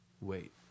wait